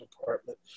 department